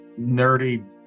nerdy